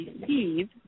receive